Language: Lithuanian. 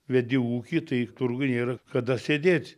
vedi ūkį tai turguj nėra kada sėdėt